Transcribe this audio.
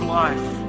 life